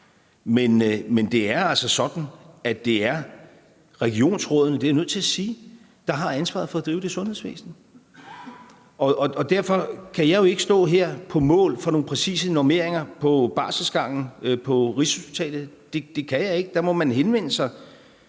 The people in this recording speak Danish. at det er regionsrådene – det er jeg nødt til at sige – der har ansvaret for at drive det sundhedsvæsen. Derfor kan jeg jo ikke her stå på mål for nogle præcise normeringer på barselsgangen på Rigshospitalet, det kan jeg ikke. Der må man henvende sig